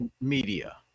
media